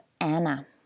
Anna